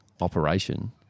operation